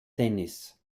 tennis